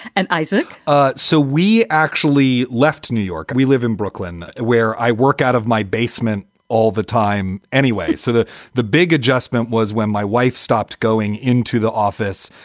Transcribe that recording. and isaac ah so we actually left new york. we live in brooklyn where i work out of my basement all the time anyway. so that the big adjustment was when my wife stopped going into the office.